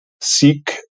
Seek